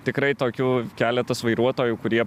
tikrai tokių keletas vairuotojų kurie